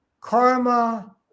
karma